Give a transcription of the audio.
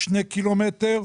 שני קילומטר,